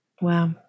Wow